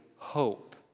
hope